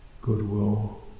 goodwill